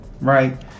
Right